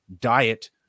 diet